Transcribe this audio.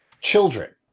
children